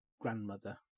grandmother